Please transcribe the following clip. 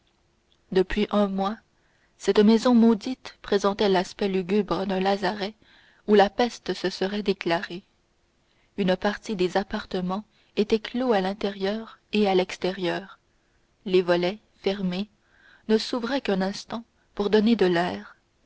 depuis un mois cette maison maudite présentait l'aspect lugubre d'un lazaret où la peste se serait déclarée une partie des appartements étaient clos à l'intérieur et à l'extérieur les volets fermés ne s'ouvraient qu'un instant pour donner de l'air